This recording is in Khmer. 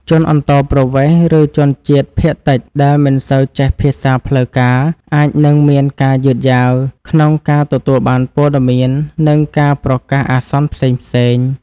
ជនអន្តោប្រវេសន៍ ឬជនជាតិភាគតិចដែលមិនសូវចេះភាសាផ្លូវការអាចនឹងមានការយឺតយ៉ាវក្នុងការទទួលបានព័ត៌មាន និងការប្រកាសអាសន្នផ្សេងៗ។